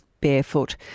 barefoot